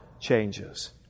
changes